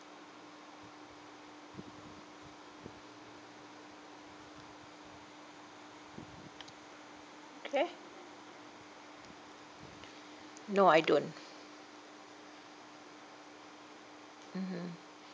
okay no I don't mmhmm